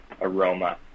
aroma